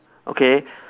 okay